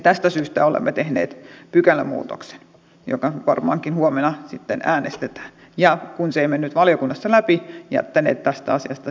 tästä syystä olemme tehneet pykälämuutosehdotuksen josta varmaankin huomenna sitten äänestetään ja kun se ei mennyt valiokunnassa läpi jättänemme tästä asiasta sitten vastalauseen